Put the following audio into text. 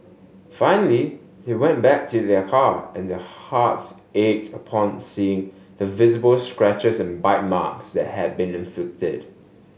finally they went back to their car and their hearts ached upon seeing the visible scratches and bite marks that had been inflicted